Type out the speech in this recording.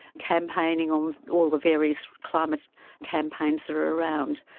campaigning on all the various climate campaigns that are around,